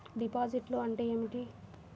డిపాజిట్లు అంటే ఏమిటి?